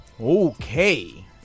Okay